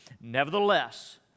Nevertheless